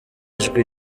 ijwi